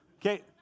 Okay